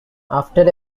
after